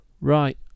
Right